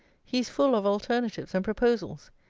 he is full of alternatives and proposals.